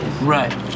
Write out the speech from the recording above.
Right